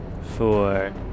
Four